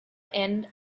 end